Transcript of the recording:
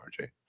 rj